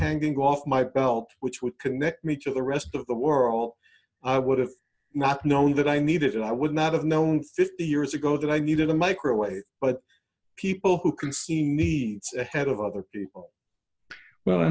hanging off my belt which would connect me to the rest of the world i would have not known that i needed it i would not have known fifty years ago that i needed a microwave but people who can see needs ahead of other people well